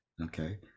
Okay